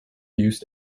used